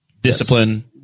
discipline